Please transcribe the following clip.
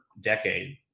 decade